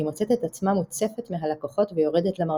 היא מוצאת את עצמה מוצפת מהלקוחות ויורדת למרתף.